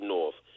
North